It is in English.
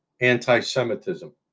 anti-Semitism